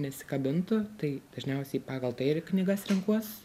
nesikabintų tai dažniausiai pagal tai ir knygas renkuos